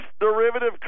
derivative